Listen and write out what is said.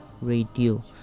radio